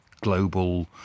global